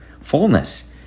Fullness